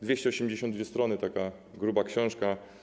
288 stron to taka gruba książka.